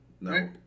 No